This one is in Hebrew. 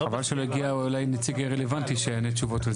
חבל שלא הגיע נציג רלוונטי שיענה תשובות לזה.